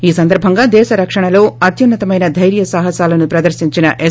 ఈ సందర్బంగా దేశ రక్షణలో అత్యున్నతమైన దైర్య సాహసాలను ప్రదర్శించిన ఎస్